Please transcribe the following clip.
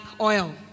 oil